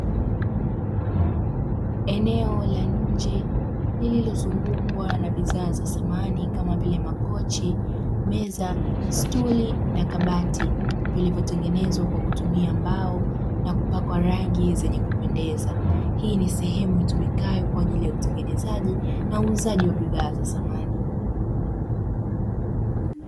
Eneo la nje lilozungukwa na bidhaa za samani, kama vile: makochi, meza, stuli na kabati; vilivyotengenezwa kwa kutumia mbao na kupakwa rangi zenye kupendeza. Hii ni sehemu itumikayo kwa ajili ya utengenezaji na uuzaji wa bidhaa za samani.